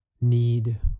need